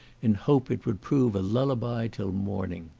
in hope it would prove a lullaby till morning.